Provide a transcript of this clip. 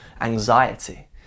anxiety